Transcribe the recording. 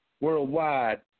worldwide